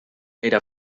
era